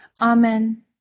Amen